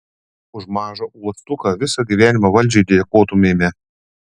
už mažą uostuką visą gyvenimą valdžiai dėkotumėme